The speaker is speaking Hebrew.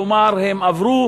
כלומר, הם עברו